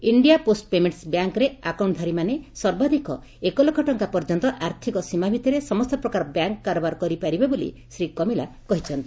India post payments ବ୍ୟାଙ୍କ୍ରେ ଆକାଉକ୍ଷଧାରୀମାନେ ସର୍ବାଧିକ ଏକ ଲକ୍ଷ ଟଙ୍କା ପର୍ଯ୍ୟନ୍ତ ଆର୍ଥିକ ସୀମା ଭିତରେ ସମସ୍ତ ପ୍ରକାର ବ୍ୟାଙ୍କ୍ କାରବାର କରିପାରିବେ ବୋଲି ଶ୍ରୀ କମିଲା କହିଛନ୍ତି